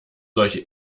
solche